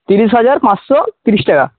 ত্রিশ হাজার পাঁচশো ত্রিশ টাকা